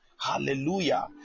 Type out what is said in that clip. Hallelujah